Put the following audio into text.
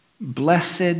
Blessed